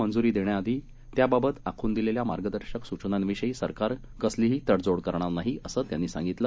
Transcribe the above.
मंज्री देण्याआधी लसीला त्याबाबतआखूनदिलेल्यामार्गदर्शकसूचनांविषयीसरकारकसलीहीतडजोडकरणारनाही असंत्यांनीसांगितलं